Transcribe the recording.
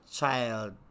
child